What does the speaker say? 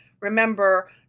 remember